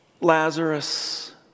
Lazarus